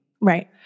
Right